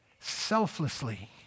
selflessly